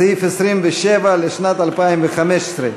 סעיף 27 לשנת 2015,